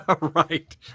Right